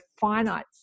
finite